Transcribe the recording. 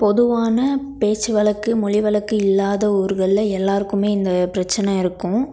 பொதுவான பேச்சு வழக்கு மொழி வழக்கு இல்லாத ஊர்களில் எல்லாருக்குமே இந்த பிரச்சின இருக்கும்